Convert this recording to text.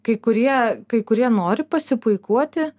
kai kurie kai kurie nori pasipuikuoti